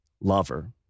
lover